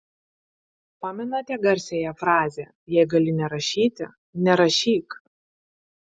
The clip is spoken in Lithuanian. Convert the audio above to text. pamenate garsiąją frazę jei gali nerašyti nerašyk